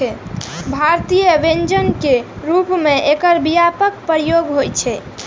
भारतीय व्यंजन के रूप मे एकर व्यापक प्रयोग होइ छै